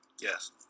Yes